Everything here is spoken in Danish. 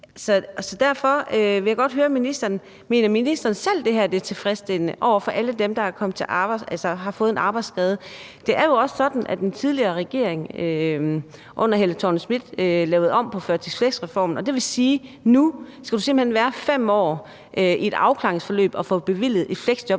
Derfor vil jeg godt høre ministeren: Mener ministeren selv, at det her er tilfredsstillende over for alle dem, der har fået en arbejdsskade? Det er jo også sådan, at den tidligere regering under Helle Thorning-Schmidt lavede om på førtidspensionsreformen og flexjob, og det vil sige, at nu skal du simpelt hen være 5 år i et afklaringsforløb og få bevilget et fleksjob,